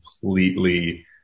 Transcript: completely